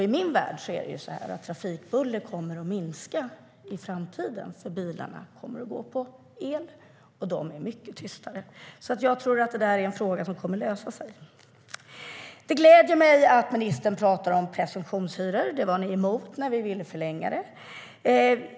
I min värld kommer trafikbuller att minska i framtiden. Bilarna kommer nämligen att gå på el, och de bilarna är mycket tystare. Jag tror att det är en fråga som kommer att lösa sig. Det gläder mig att ministern pratar om presumtionshyror. Ni var emot när vi ville förlänga det.